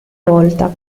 volta